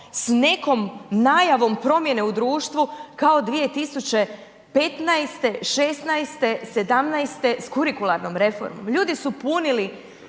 s nekom najavom promjene u društvu kao 2015., '16., '17. s kurikularnom reformom, ljudi su punili